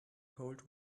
cold